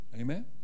amen